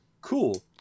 Cool